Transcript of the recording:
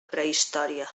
prehistòria